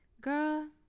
girl